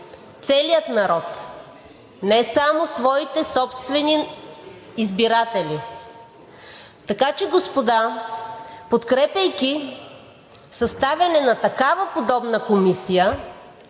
целия народ, не само своите собствени избиратели. Така че, господа, подкрепяйки съставяне на такава подобна комисия,